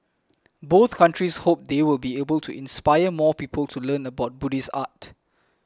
both countries hope they will be able to inspire more people to learn about Buddhist art